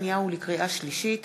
ולקריאה שלישית: